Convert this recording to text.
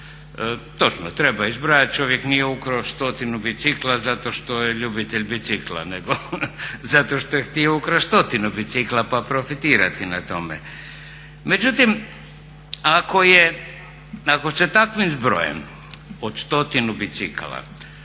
Točno je, treba izbrojati, čovjek nije ukrao 100-tinu bicikla zato što je ljubitelj bicikla nego zato što je htio ukrasti 100-tinu bicikla pa profitirati na tome. Međutim, ako je, ako se takvim zbrojem od 100-tinu bicikala